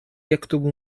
يكتب